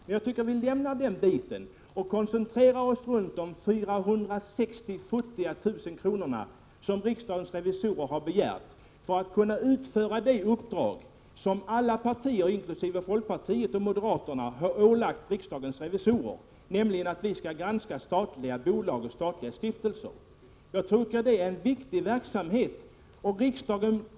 Men jag tycker att vi lämnar detta och koncentrerar oss på de futtiga 460 000 kr. som riksdagens revisorer har begärt för att kunna utföra det Prot. 1987/ 88:122 uppdrag som alla partier, inkl. folkpartiet och moderaterna, har ålagt 18 maj 1988 riksdagens revisorer, nämligen att granska statliga bolag och stiftelser. Det är en viktig verksamhet.